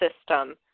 system